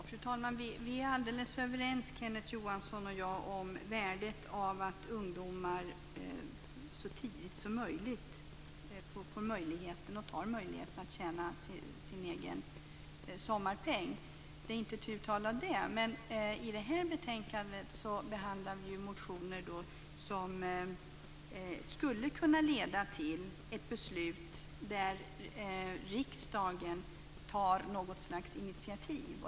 Fru talman! Vi är helt överens, Kenneth Johansson och jag, om värdet av att ungdomar så tidigt som möjligt får möjligheten och tar möjligheten att tjäna sin egen sommarpeng. Det är inte tu tal om det. Men i det här betänkandet behandlar vi motioner som skulle kunna leda till ett beslut om att riksdagen ska ta något slags initiativ.